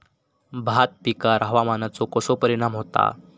भात पिकांर हवामानाचो कसो परिणाम होता?